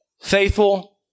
Faithful